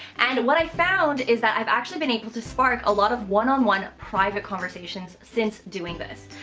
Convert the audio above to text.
and what i've found is that i've actually been able to spark a lot of one on one private conversations since doing this.